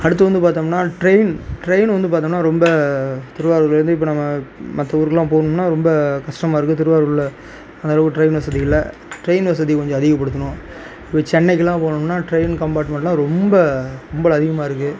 அடுத்து வந்து பார்த்தோம்னா ட்ரெயின் ட்ரெயின் வந்து பார்த்தோம்னா ரொம்ப திருவாரூர்லருந்து இப்போ நம்ம மற்ற ஊருக்குலாம் போகணும்னா ரொம்ப கஷ்டமாக இருக்கு திருவாரூரில் அந்தளவுக்கு ட்ரெயின் வசதி இல்லை ட்ரெயின் வசதி கொஞ்சம் அதிகப்படுத்தணும் இப்போ சென்னைக்குலாம் போகணும்னா ட்ரெயின் கம்பார்ட்மெண்ட்லாம் ரொம்ப கும்பல் அதிகமாக இருக்கு